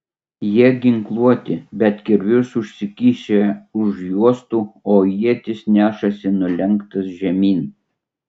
jie ginkluoti bet kirvius užsikišę už juostų o ietis nešasi nulenktas žemyn